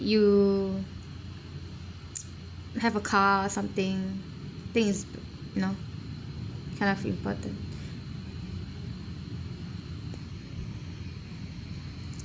you have a car something think is know kind of important